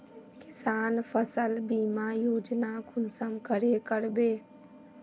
किसान फसल बीमा योजना कुंसम करे करबे?